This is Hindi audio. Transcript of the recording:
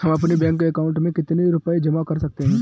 हम अपने बैंक अकाउंट में कितने रुपये जमा कर सकते हैं?